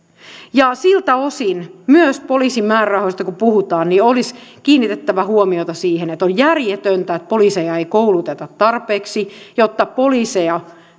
myös siltä osin poliisin määrärahoista kun puhutaan olisi kiinnitettävä huomiota siihen että on järjetöntä että poliiseja ei kouluteta tarpeeksi jotta poliiseja